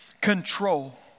control